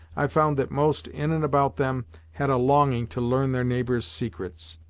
i've found that most in and about them had a longing to learn their neighbor's secrets.